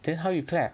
then how you clap